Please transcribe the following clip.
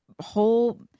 whole